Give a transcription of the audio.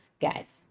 guys